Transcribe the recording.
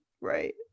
right